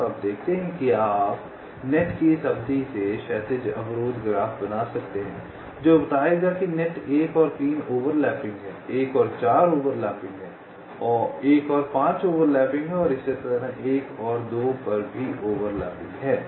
तो आप देखते हैं कि आप नेट की इस अवधि से क्षैतिज अवरोध ग्राफ बना सकते हैं जो बताएगा कि नेट 1 और 3 ओवर लैपिंग हैं 1 और 4 ओवर लैपिंग हैं 1 और 5 ओवर लैपिंग हैं और इसी तरह 1 और 2 पर भी ओवर लैपिंग है